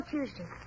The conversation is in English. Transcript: Tuesday